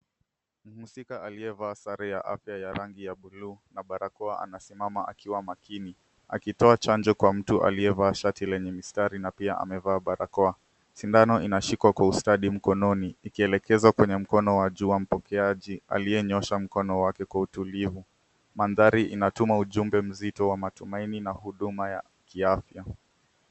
Mhusika aliyevaa sare ya afya ya rangi ya bluu na barakoa anasimama akiwa makini akitoa chanjo kwa mtu aliyevaa shati lenye mistari na pia amevaa barakoa. Sindano inashikwa kwa ustadi mkononi ikielekezwa kwenye mkono wa juu wa mpokeaji aliyenyoosha mkono wake kwa utulivu. Mandhari inatuma ujumbe mzito wa matumaini na huduma ya kiafya.